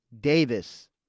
Davis